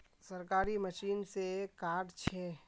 सरकारी मशीन से कार्ड छै?